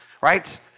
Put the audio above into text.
right